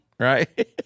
Right